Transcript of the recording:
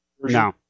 No